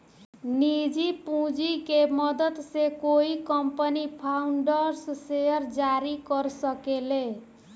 निजी पूंजी के मदद से कोई कंपनी फाउंडर्स शेयर जारी कर सके ले